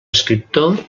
escriptor